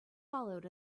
followed